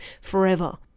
forever